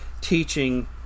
teaching